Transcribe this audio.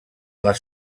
les